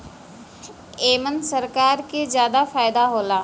एमन सरकार के जादा फायदा होला